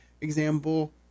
example